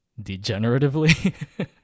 degeneratively